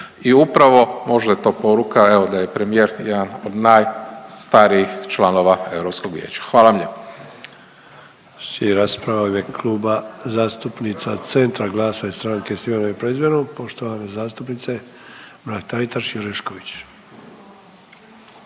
I upravo možda je to poruka, evo da je premijer jedan od najstarijih članova Europskog vijeća. Hvala vam